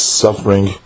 suffering